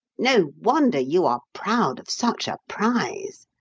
no wonder you are proud of such a prize.